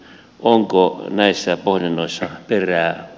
onko näissä pohdinnoissa perää